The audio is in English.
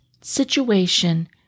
situation